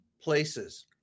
places